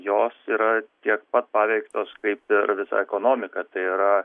jos yra tiek pat paveiktos kaip ir visa ekonomika tai yra